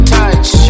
touch